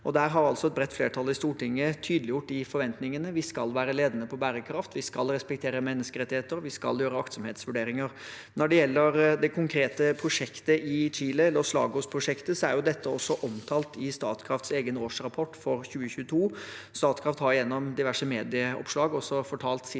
Et bredt flertall i Stortinget har altså tydeliggjort de forventningene. Vi skal være ledende på bærekraft, vi skal respektere menneskerettigheter, og vi skal gjøre aktsomhetsvurderinger. Når det gjelder det konkrete prosjektet i Chile, Los Lagos-prosjektet, er det omtalt i Statkrafts egen årsrapport for 2022. Statkraft har gjennom diverse medieoppslag også fortalt sin